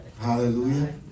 Hallelujah